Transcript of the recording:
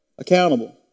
Accountable